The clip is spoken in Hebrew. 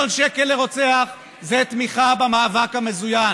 רוב הציבור איבד אמון גם בסיכוי להשיג